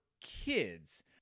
kids